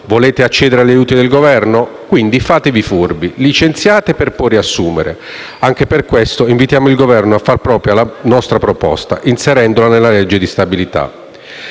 Volete accedere agli aiuti del Governo? Fatevi furbi. Licenziate per poi riassumere. Anche per questo, invitiamo il Governo a far propria la nostra proposta, inserendola nella legge di stabilità.